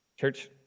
Church